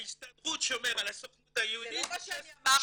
ההסתדרות שומרת על הסוכנות היהודית --- זה לא מה שאני אמרתי.